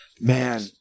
man